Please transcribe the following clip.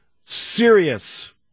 serious